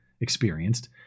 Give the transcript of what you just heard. experienced